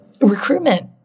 recruitment